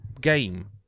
game